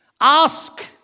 Ask